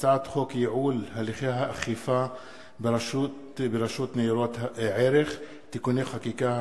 הצעת חוק ייעול הליכי האכיפה ברשות ניירות ערך (תיקוני חקיקה),